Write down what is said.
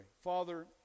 Father